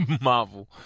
Marvel